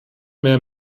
mehr